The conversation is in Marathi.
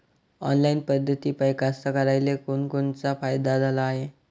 ऑनलाईन पद्धतीपायी कास्तकाराइले कोनकोनचा फायदा झाला हाये?